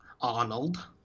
arnold